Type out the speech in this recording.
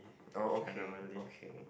oh okay okay